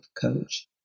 coach